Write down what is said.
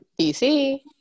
dc